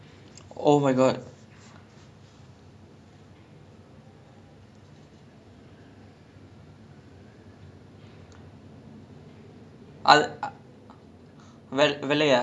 then err when we we ya when we had the chalet that was my second or third time drinking and my friend bought one entire bottle of Smirnoff gin I think I no it's not Smirnoff it's some other brand lah but it's gin I think Bacardi